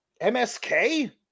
MSK